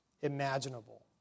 imaginable